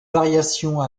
variation